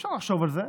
אפשר לחשוב על זה.